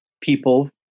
people